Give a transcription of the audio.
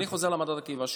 אני חוזר למדד מעקב שלי.